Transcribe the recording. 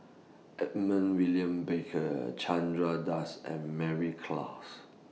Edmund William Barker Chandra Das and Mary Klass